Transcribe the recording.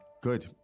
Good